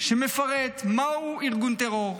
שמפרט מהו "ארגון טרור",